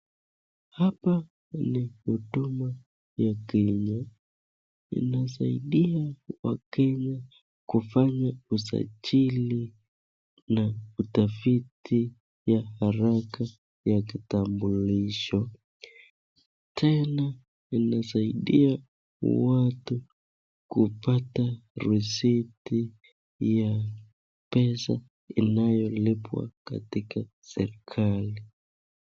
Hapa ni huduma ya kenya inasaidia wakenya kufanya usajili na utafiti ya haraka ya kitambulisho tena inasaidia watu kupata risiti ya pesa inayolipwa katika serekali.